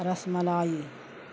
ras malai